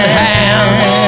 hands